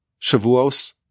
Shavuos